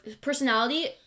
personality